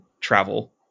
travel